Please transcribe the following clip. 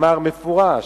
אמר מפורש: